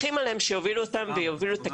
אנחנו ממשיכים היום דיון שני,